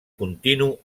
continu